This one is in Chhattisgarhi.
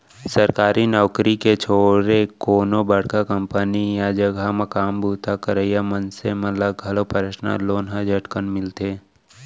सरकारी नउकरी के छोरे कोनो बड़का कंपनी या जघा म काम बूता करइया मनसे मन ल घलौ परसनल लोन ह झटकुन मिलथे